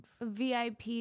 VIP